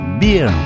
Beer